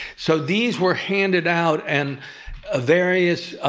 so these were handed out, and ah various